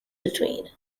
between